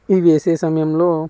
ఈ వేసే సమయంలో